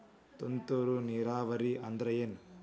ತುಂತುರು ನೇರಾವರಿ ಅಂದ್ರ ಏನ್?